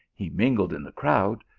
he mingled in the crowd,